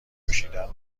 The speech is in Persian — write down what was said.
نوشیدن